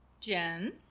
Jen